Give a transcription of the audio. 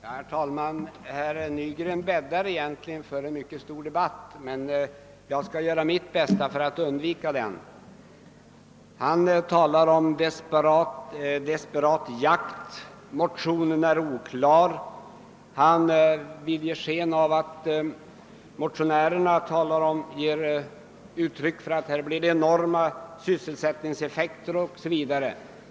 Herr talman! Herr Nygren bäddar egentligen för en mycket stor debatt, men jag skall göra mitt bästa för att undvika den. Han talar om desperat jakt efter sysselsättningstillfällen, han säger att motionen är oklar, motionärerna framställer saken som om det skulle bli enorma sysselsättningseffekter o.s.v.